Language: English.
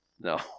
no